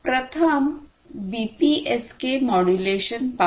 प्रथम BPSK modulation पाहू